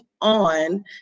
on